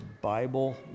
Bible